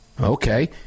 Okay